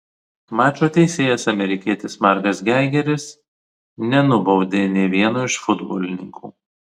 mačo teisėjas amerikietis markas geigeris nenubaudė nė vieno iš futbolininkų